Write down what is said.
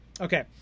okay